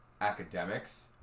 academics